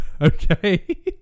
Okay